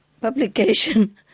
publication